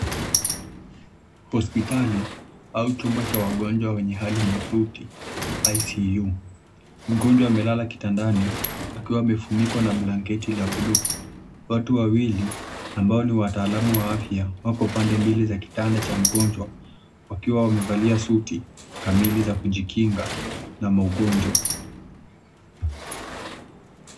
Hospitali au chumba cha wagonjwa wenye hali mahututi ICU. Mgonjwa amelala kitandani akiwa amefunikwa na blanketi la buluu. Watu wawili ambao ni wataalamu wa afya, wako pande mbili za kitanda cha mgonjwa wakiwa wamevalia suti kamili za kujikinga na magonjwa.